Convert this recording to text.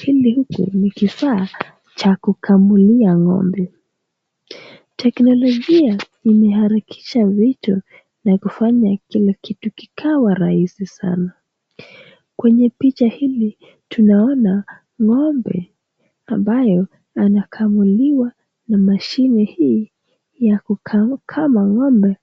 Hili huku ni kifaa cha kukamulia ng'ombe, teknolojia imeharakisha vitu na kufanya kila kitu kikawa rahisi sana kwenye picha hili tunaona ng'ombe ambayo anakamuliwa na machine hii ya kukama ng'ombe